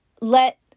let